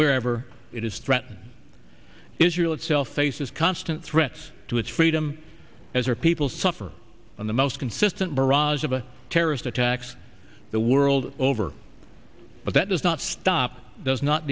wherever it is threaten israel itself faces constant threats to its freedom as our people suffer from the most consistent barrage of a terrorist attacks the world over but that does not stop does not